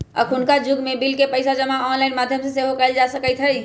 अखुन्का जुग में बिल के पइसा जमा ऑनलाइन माध्यम द्वारा सेहो कयल जा सकइत हइ